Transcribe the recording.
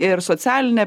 ir socialinę